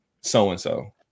so-and-so